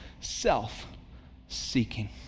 self-seeking